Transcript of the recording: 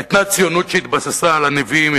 היתה ציונות שהתבססה על הנביאים,